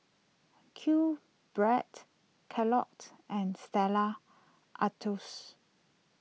Qbread Kellogg's and Stella Artois